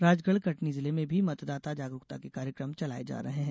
राजगढ कटनी जिले में भी मतदाता जागरूकता के कार्यक्रम चलाये जा रहे हैं